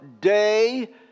day